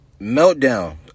Meltdown